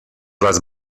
las